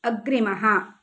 अग्रिमः